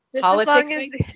politics